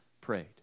prayed